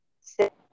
six